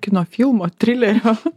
kino filmo trilerio